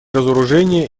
разоружения